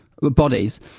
bodies